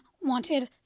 wanted